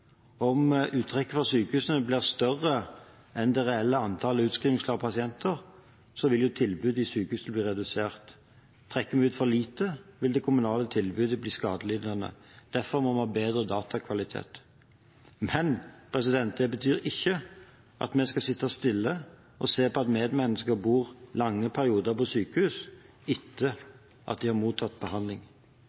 Om uttrekket fra sykehusene blir større enn det reelle antallet utskrivningsklare pasienter, vil tilbudet i sykehusene bli redusert. Om uttrekket blir for lite, vil det kommunale tilbudet bli skadelidende. Derfor må vi ha bedre datakvalitet. Men dette betyr ikke at vi skal sitte stille og se på at medmennesker bor lange perioder i sykehus etter at de har mottatt behandling.